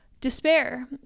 despair